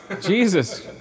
Jesus